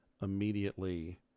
immediately